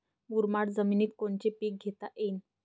मुरमाड जमिनीत कोनचे पीकं घेता येईन?